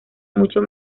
mucho